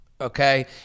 okay